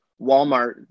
Walmart